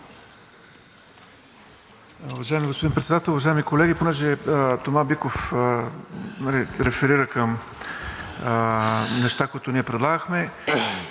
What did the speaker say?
Уважаеми господин Председател, уважаеми колеги! Тъй като Тома Биков реферира към неща, които ние предлагахме,